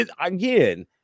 again